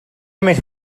més